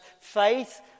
faith